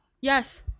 Yes